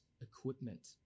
equipment